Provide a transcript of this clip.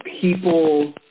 people